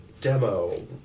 demo